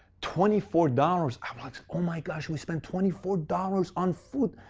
twenty four dollars, i was oh my gosh, we spent twenty four dollars on food!